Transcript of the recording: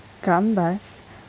gambas